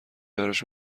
براش